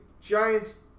Giants